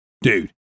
Dude